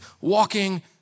walking